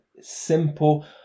simple